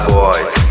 boys